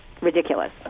ridiculous